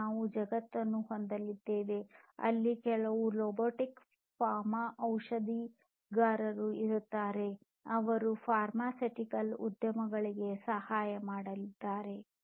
ಮತ್ತು ನಾವು ಜಗತ್ತನ್ನು ಹೊಂದಲಿದ್ದೇವೆ ಅಲ್ಲಿ ಕೆಲವು ರೊಬೊಟಿಕ್ ಫಾರ್ಮ ಔಷಧಿಕಾರರು ಇರುತ್ತಾರೆ ಅದು ಫಾರ್ಮ್ಆಸಿಟಿಕಲ್ ಉದ್ಯಮದಲ್ಲಿ ಸಹಾಯ ಮಾಡಲಿದೆ